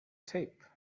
tape